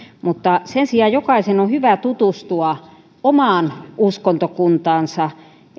mutta sen sijaan jokaisen on hyvä tutustua omaan uskontokuntaansa